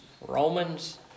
Romans